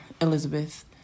elizabeth